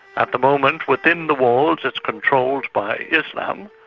at the moment within the walls, it's controlled by islam.